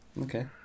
Okay